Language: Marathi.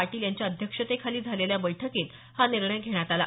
पाटील यांच्या अध्यक्षतेखाली झालेल्या बैठकीत हा निर्णय घेण्यात आला